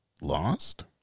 lost